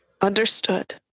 understood